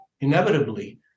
inevitably